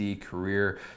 career